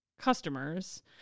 customers